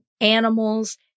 animals